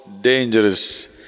dangerous